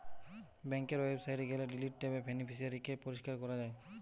বেংকের ওয়েবসাইটে গেলে ডিলিট ট্যাবে বেনিফিশিয়ারি কে পরিষ্কার করা যায়